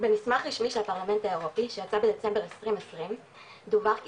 במסמך רשמי של הפרלמנט האירופי שיצא בדצמבר 2020 דובר כי